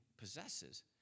possesses